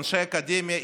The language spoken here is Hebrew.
אנשי אקדמיה,